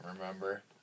remember